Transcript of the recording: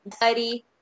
buddy